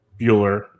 Bueller